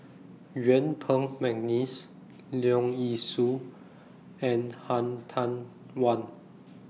Yuen Peng Mcneice Leong Yee Soo and Han Tan Wan